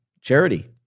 charity